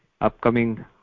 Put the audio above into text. upcoming